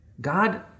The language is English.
God